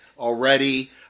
Already